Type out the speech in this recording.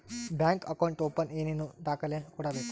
Bank account open ಏನೇನು ದಾಖಲೆ ಕೊಡಬೇಕು?